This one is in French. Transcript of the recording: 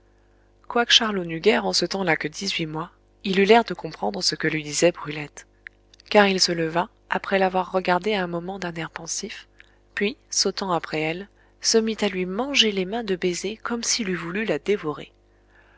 quoique charlot n'eût guère en ce temps-là que dix-huit mois il eût l'air de comprendre ce que lui disait brulette car il se leva après l'avoir regardée un moment d'un air pensif puis sautant après elle se mit à lui manger les mains de baisers comme s'il eût voulu la dévorer